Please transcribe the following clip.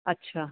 ਅੱਛਾ